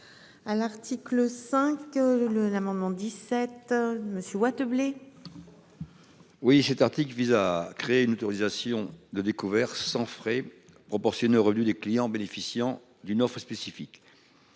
À l'article 5 que le l'amendement 17. Monsieur Wade blé. Oui cet article vise à créer une autorisation de découvert sans frais proportionné aux revenus des clients bénéficiant d'une offre spécifique.